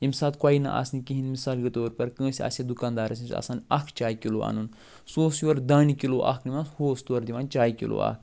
ییٚمہِ ساتہٕ کۄینہٕ آسنہٕ کِہیٖنۍ مِثال کے طور پر کٲنٛسہِ آسہِ ہے دُکاندارس نِش آسان اکھ چاے کلو اَنُن سُہ اوس یورٕ دانہِ کِلو اکھ نِوان ہُہ اوس طورٕ دِوان چایہِ کِلو اکھ